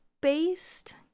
based